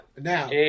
Now